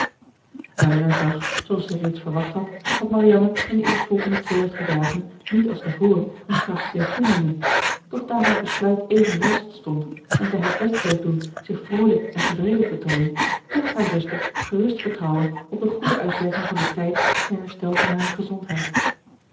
elinor zag zooals zij reeds verwacht had dat marianne in de eerstvolgende twee of drie dagen niet als te voren in kracht bleef toenemen doch daar haar besluit even vast stond en zij haar best bleef doen zich vroolijk en tevreden te toonen mocht hare zuster gerust vertrouwen op de goede uitwerking van den tijd ter herstel van hare gezondheid